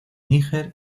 níger